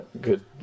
good